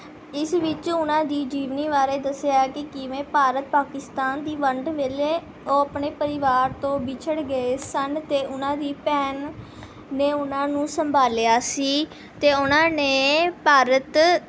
ਇਸ ਵਿੱਚ ਉਹਨਾਂ ਦੀ ਜੀਵਨੀ ਬਾਰੇ ਦੱਸਿਆ ਕਿ ਕਿਵੇਂ ਭਾਰਤ ਪਾਕਿਸਤਾਨ ਦੀ ਵੰਡ ਵੇਲੇ ਉਹ ਆਪਣੇ ਪਰਿਵਾਰ ਤੋਂ ਵਿਛੜ ਗਏ ਸਨ ਅਤੇ ਉਹਨਾਂ ਦੀ ਭੈਣ ਨੇ ਉਹਨਾਂ ਨੂੰ ਸੰਭਾਲਿਆ ਸੀ ਅਤੇ ਉਹਨਾਂ ਨੇ ਭਾਰਤ